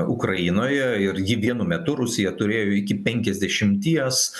ukrainoje ir ji vienu metu rusija turėjo iki penkiasdešimties